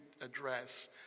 address